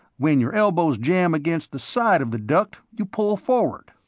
when your elbows jam against the side of the duct, you pull forward.